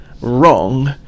wrong